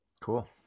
Cool